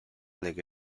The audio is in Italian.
lega